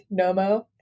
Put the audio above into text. NOMO